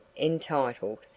entitled